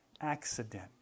accident